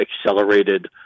accelerated